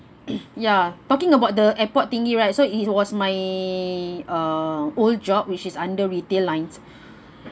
ya talking about the airport thingy right so it was my old job which is under retail lines